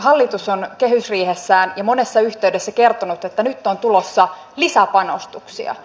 hallitus on kehysriihessään ja monessa yhteydessä kertonut että nyt on tulossa lisäpanostuksia